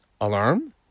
Alarm